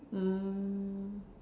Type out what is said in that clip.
mm